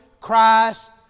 Christ